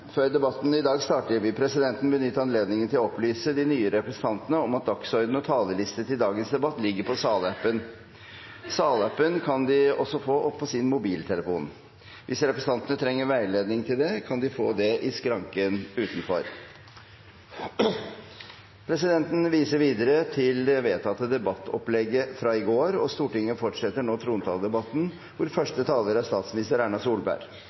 Før debatten i dag starter, vil presidenten benytte anledningen til å opplyse de nye representantene om at dagsorden og talerliste til dagens debatt ligger på salappen. Salappen kan de også få opp på sin mobiltelefon. Hvis representantene trenger veiledning til det, kan de få det i skranken utenfor. Presidenten viser videre til det vedtatte debattopplegget fra i går, og Stortinget fortsetter nå trontaledebatten, hvor første taler er statsminister Erna Solberg.